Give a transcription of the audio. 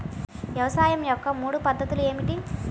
వ్యవసాయం యొక్క మూడు పద్ధతులు ఏమిటి?